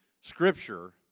scripture